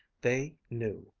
they knew!